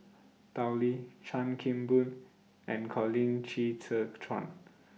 Tao Li Chan Kim Boon and Colin Qi Zhe